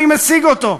אני משיג אותו".